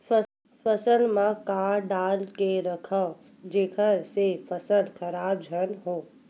फसल म का डाल के रखव जेखर से फसल खराब झन हो?